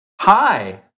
Hi